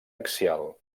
axial